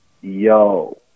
yo